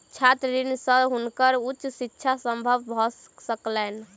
छात्र ऋण से हुनकर उच्च शिक्षा संभव भ सकलैन